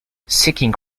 seeking